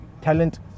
Talent